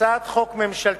הצעת חוק ממשלתית,